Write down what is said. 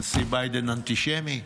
הנשיא ביידן אנטישמי,